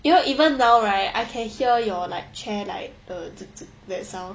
you know even now right I can hear your chair like uh that sound